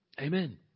Amen